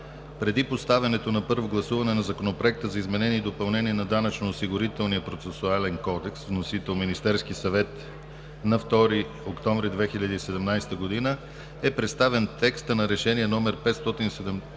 преди поставянето на първо гласуване на Законопроекта за изменение и допълнение на Данъчно-осигурителния процесуален кодекс с вносител Министерският съвет, на 2 октомври 2017 г. е представен текстът на Решение № 567